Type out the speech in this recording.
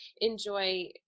enjoy